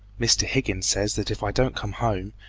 mr. higgins says that if i don't come home,